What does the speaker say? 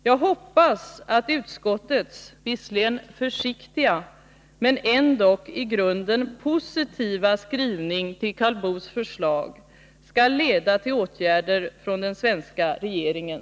Jag hoppas att utskottets visserligen försiktiga men ändå till Karl Boos förslag i grunden positiva skrivning skall leda till åtgärder från den svenska regeringen.